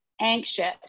anxious